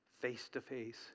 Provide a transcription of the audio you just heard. face-to-face